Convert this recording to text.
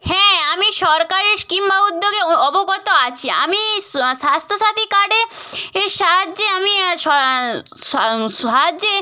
হ্যাঁ আমি সরকারের স্কিম বা উদ্যোগে ও অবগত আছি আমি এই স্ স্বাস্থ্যসাথী কার্ডে এর সাহায্যে আমি স স সাহায্যে